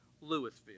Louisville